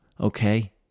okay